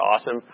awesome